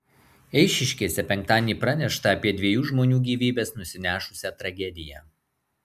eišiškėse penktadienį pranešta apie dviejų žmonių gyvybes nusinešusią tragediją